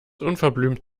unverblümt